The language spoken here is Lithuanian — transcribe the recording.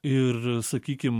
ir sakykim